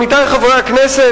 עמיתי חברי הכנסת,